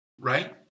Right